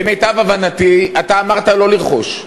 למיטב הבנתי, אתה אמרת לא לרכוש.